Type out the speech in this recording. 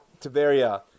Tiberia